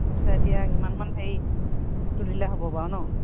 পইচা এতিয়া সিমানমান হেৰি তুলিলে হ'ব বাৰু ন